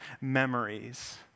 memories